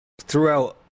throughout